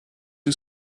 who